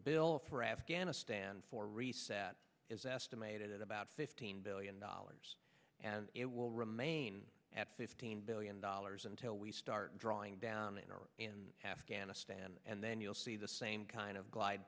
bill for afghanistan for reset is estimated at about fifteen billion dollars and it will remain at fifteen billion dollars until we start drawing down in iraq and afghanistan and then you'll see the same kind of glide